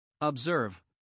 Observe